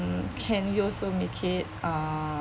can you also make it err